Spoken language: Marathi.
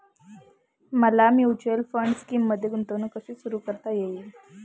मला म्युच्युअल फंड स्कीममध्ये गुंतवणूक कशी सुरू करता येईल?